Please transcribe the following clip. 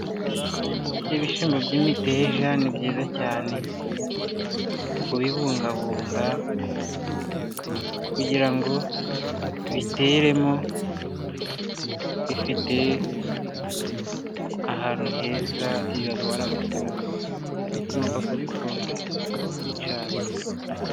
Ibishyimbo by'imiteja ni byiza cyane kubibungabunga kugirango biteremo bifite ahantu heza, iyo wabaga warabisoromye tugomba kubikunda cyane.